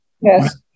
Yes